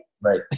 Right